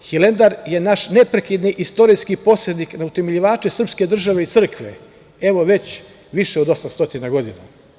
Hilandar je naš neprekidni istorijski podsetnik na utemeljivače srpske države i crkve evo već više od 800 godina.